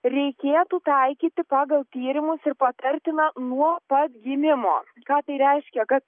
reikėtų taikyti pagal tyrimus ir patartina nuo pat gimimo ką tai reiškia kad